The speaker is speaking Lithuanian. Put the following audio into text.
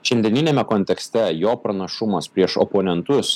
šiandieniniame kontekste jo pranašumas prieš oponentus